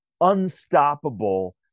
unstoppable